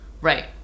Right